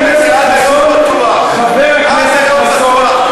אוה, מי מדבר, חבר הכנסת חסון.